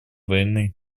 войны